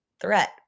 threat